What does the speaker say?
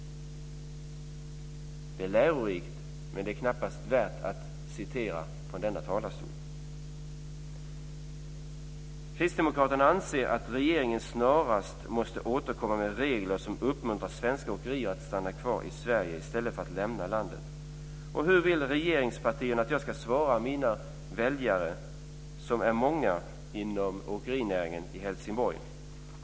Det är lärorikt, men det är knappast värt att jag citera det i denna talarstol. Kristdemokraterna anser att regeringen snarast måste återkomma med regler som uppmuntrar svenska åkerier att stanna kvar i Sverige i stället för att lämna landet. Hur vill regeringspartierna att jag ska svara mina väljare, och de är många, inom åkerinäringen i Helsingborg?